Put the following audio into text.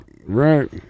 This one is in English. Right